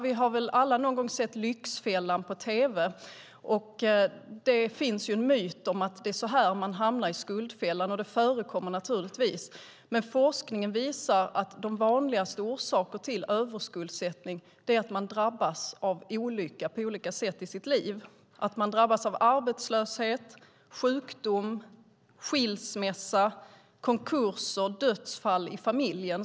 Vi har väl alla någon gång sett Lyxfällan på tv. Det finns en myt om att det är så man hamnar i skuldfällan, och det förekommer naturligtvis. Men forskningen visar att de vanligaste orsakerna till överskuldsättning är att man drabbas av olycka på olika sätt i sitt liv, till exempel genom arbetslöshet, sjukdom, skilsmässa, konkurs eller dödsfall i familjen.